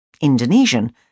Indonesian